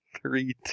three